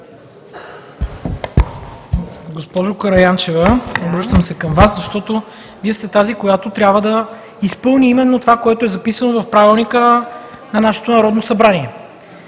Госпожо Караянчева, обръщам се към Вас, защото Вие сте тази, която трябва да изпълни именно това, което е записано в Правилника на нашето Народно събрание,